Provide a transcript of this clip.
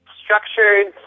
structured